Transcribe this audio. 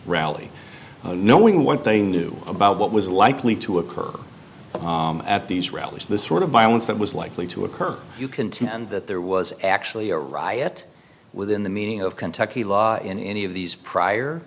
rally knowing what they knew about what was likely to occur at these rallies the sort of violence that was likely to occur you continue and that there was actually a riot within the meaning of kentucky law in any of these prior